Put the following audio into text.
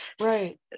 Right